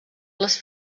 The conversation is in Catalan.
les